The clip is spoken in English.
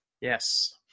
yes